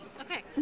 Okay